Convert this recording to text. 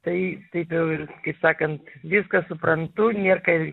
tai taip jau ir kaip sakant viską suprantu nėr ką